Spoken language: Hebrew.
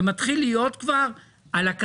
זה מתחיל להיות על הקצה,